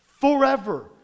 Forever